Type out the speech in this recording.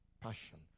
passion